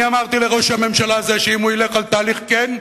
אני אמרתי לראש הממשלה הזה שאם הוא ילך על תהליך כן,